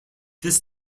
this